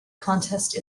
contest